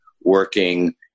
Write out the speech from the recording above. working